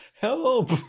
Help